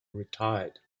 retired